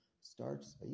starts